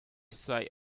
side